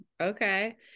Okay